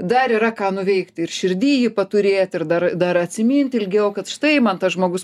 dar yra ką nuveikti ir širdy jį paturėt ir dar dar atsimint ilgiau kad štai man tas žmogus